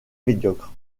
médiocres